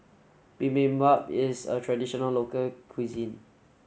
Bibimbap is a traditional local cuisine